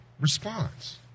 response